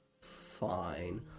Fine